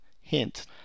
Hint